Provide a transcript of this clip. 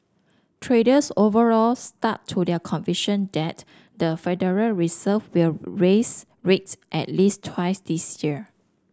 traders overall stuck to their conviction that the Federal Reserve will raise rates at least twice this year